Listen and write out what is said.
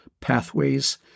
pathways